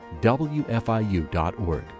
WFIU.org